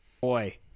Boy